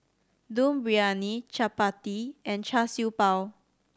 Dum Briyani chappati and Char Siew Bao